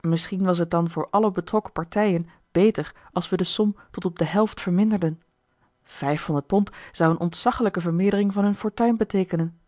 misschien was het dan voor alle betrokken partijen beter als we de som tot op de helft verminderden vijfhonderd pond zou een ontzaglijke vermeerdering van hun fortuin beteekenen